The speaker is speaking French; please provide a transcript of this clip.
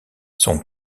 son